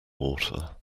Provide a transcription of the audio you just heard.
water